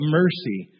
mercy